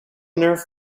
nerve